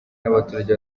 n’abaturage